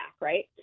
right